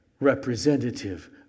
representative